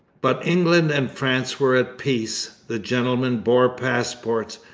but england and france were at peace. the gentlemen bore passports.